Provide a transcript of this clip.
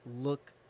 look